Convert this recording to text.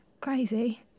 Crazy